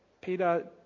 Peter